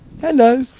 Hello